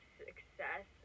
success